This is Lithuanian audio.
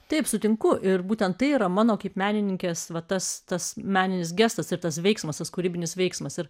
taip sutinku ir būtent tai yra mano kaip menininkės va tas tas meninis gestas ir tas veiksmas tas kūrybinis veiksmas ir